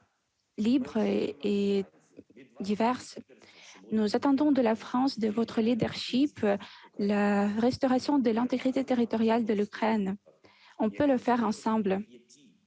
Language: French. Nous attendons de la France, de votre leadership, la restauration de l'intégrité territoriale de l'Ukraine. On peut le faire ensemble.